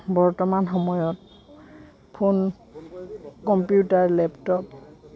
বৰ্তমান সময়ত phone computer laptop